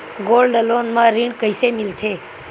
Gold loan म ऋण कइसे मिलथे?